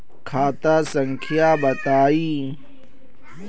खाता संख्या बताई?